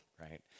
right